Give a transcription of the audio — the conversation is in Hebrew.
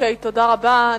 תודה רבה.